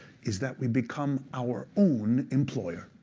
is that we become our own employer.